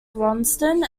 bronson